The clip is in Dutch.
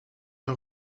een